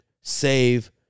save